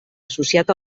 associat